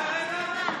בתחבולה עושים מלחמה.